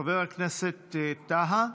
חבר הכנסת טאהא,